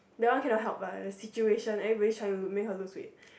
that one cannot help one the situation everybody trying to make her lose weight